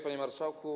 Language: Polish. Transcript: Panie Marszałku!